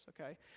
okay